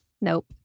nope